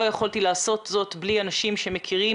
לא יכולתי לעשות זאת בלי אנשים שמכירים